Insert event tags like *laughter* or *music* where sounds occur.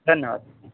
*unintelligible* धन्यवाद *unintelligible*